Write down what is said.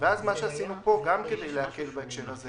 מה שעשינו פה, גם כדי להקל בהקשר הזה